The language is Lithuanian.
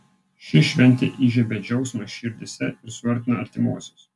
ši šventė įžiebia džiaugsmą širdyse ir suartina artimuosius